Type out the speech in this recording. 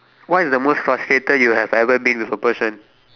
what is the most frustrated you have ever been to a person